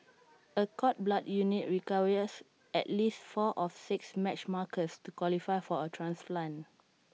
A cord blood unit requires at least four of six matched markers to qualify for A transplant